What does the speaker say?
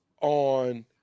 on